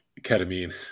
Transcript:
ketamine